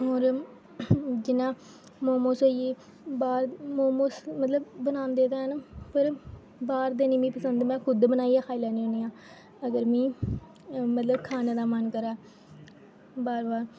होर जि'यां मोमोस होइये बाह्र मोमोस मतलब बनांदे ते हैन पर बाह्र दे निं मिगी पसंद में खुद बनाइयै खाई लैनी होनी आं अगर मिगी मतलब खाने दा मन करै बार बार